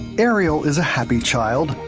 ariel is a happy child.